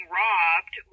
robbed